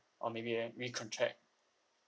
or maybe uh re-contract